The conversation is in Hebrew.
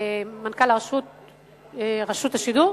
מנכ"ל רשות השידור,